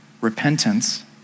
repentance